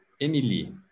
Emily